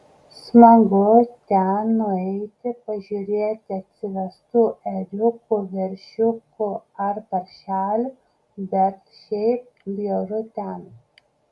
smagu ten nueiti pažiūrėti atsivestų ėriukų veršiukų ar paršelių bet šiaip bjauru ten